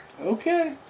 Okay